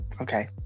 Okay